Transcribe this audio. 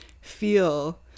feel